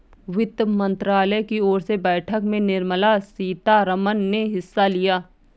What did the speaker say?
वित्त मंत्रालय की ओर से बैठक में निर्मला सीतारमन ने हिस्सा लिया